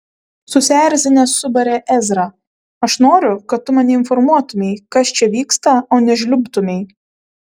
susierzinęs subarė ezra aš noriu kad tu mane informuotumei kas čia vyksta o ne žliumbtumei